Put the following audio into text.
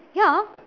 ya